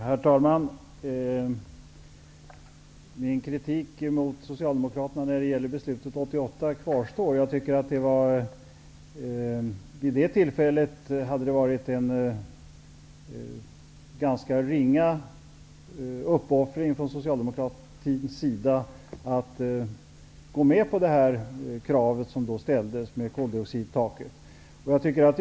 Herr talman! Min kritik mot Socialdemokraterna när det gäller beslutet 1988 kvarstår. Vid det tillfället hade det varit en ganska ringa uppoffring från Socialdemokraterna att gå med på det krav som ställdes på ett koldioxidtak.